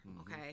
okay